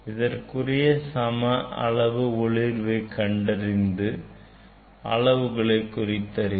இதற்குரிய சம அளவு ஒளிர்வை கண்டறிந்து அளவுகளை குறித்துக் கொள்வோம்